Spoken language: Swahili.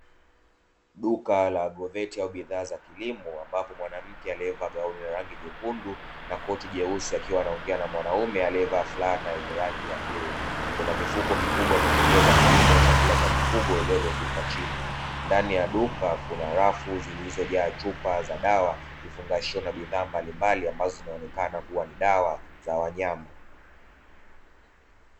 Duka la agroveti au bidhaa za kilimo ambapo mwanamke aliyevaa gauni la rangi nyekundu na koti jeusi akiwa anaongea na mwanaume aliyevaa fulana yenye randi ya bluu ,kuna mfuko mkubwa ya pembejeo za kilimo, chakula cha mifugo iliyorundikwa chini ,ndani ya duka kuna rafu zilizoja chupa za dawa ,vifungashio na bidhaa mbalimbali ambazo zinaonekana kuwa ni dawa za wanyama.